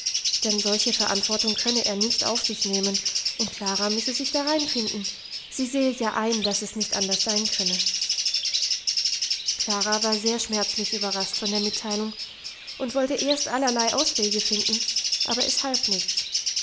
denn solche verantwortung könne er nicht auf sich nehmen und klara müsse sich dareinfinden sie sehe ja ein dass es nicht anders sein könne klara war sehr schmerzlich überrascht von der mitteilung und wollte erst allerlei auswege finden aber es half nichts